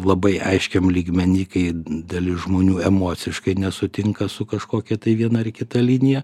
labai aiškiam lygmeny kai dalis žmonių emociškai nesutinka su kažkokia tai viena ar kita linija